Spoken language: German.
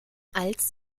als